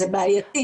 זה בעייתי.